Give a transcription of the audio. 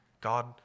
God